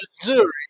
Missouri